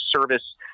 service